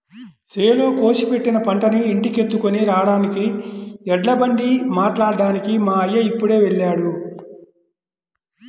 చేలో కోసి పెట్టిన పంటని ఇంటికెత్తుకొని రాడానికి ఎడ్లబండి మాట్లాడ్డానికి మా అయ్య ఇప్పుడే వెళ్ళాడు